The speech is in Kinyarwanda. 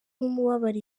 n’umubabaro